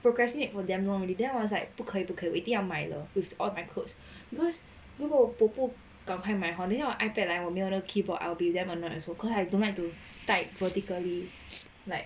procrastinate for damn long already then was like 不可以不可以一定要买了 with all my clothes because 如果我不赶快买 hor 然后 my ipad 来没有哪个 keyboard I'll be damn annoyed cause I don't like to type vertically like